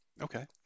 Okay